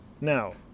Now